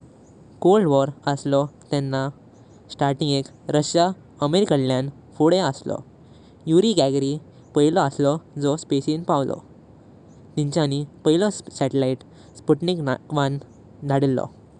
Cold war असलो तेंणा स्टार्टिंगेक रशिया अमेरिकादळ्या फुडे असलो। यूरी गागारी पाइला असलो जो स्पेसिन पावलो। तींचणी पाइला सॅटेलाइट 'स्पुतनिक वन' धडलो।